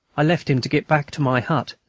i left him to get back to my hut,